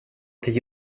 till